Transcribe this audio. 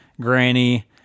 granny